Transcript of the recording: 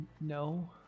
no